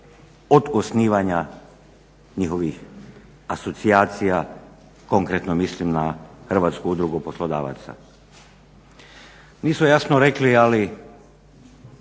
od osnivanja njihovih asocijacija, konkretno mislim na Hrvatsku udrugu poslodavaca. Mi smo jasno rekli ali